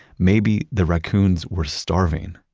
maybe the raccoons were starving.